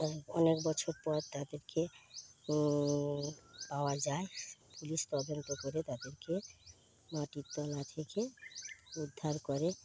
অনেক বছর তাদেরকে পাওয়া যায় পুলিশ তদন্ত করে তাদেরকে মাটির তলা থেকে উদ্ধার করে